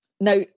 Now